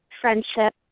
friendship